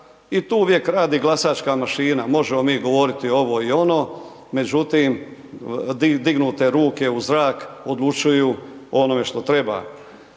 i tu uvijek, radi glasačka mašina. Možemo mi govoriti ovo i ono, međutim, dignute ruke u zrak odlučuju o onome što treba.